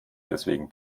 deswegen